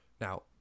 Now